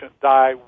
die